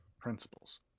principles